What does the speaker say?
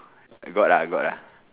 got lah got lah